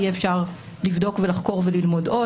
יהיה אפשר לבדוק ולחקור וללמוד עוד,